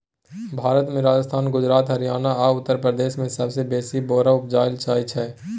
भारत मे राजस्थान, गुजरात, हरियाणा आ उत्तर प्रदेश मे सबसँ बेसी बोरा उपजाएल जाइ छै